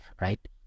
right